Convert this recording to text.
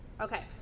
Okay